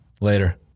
Later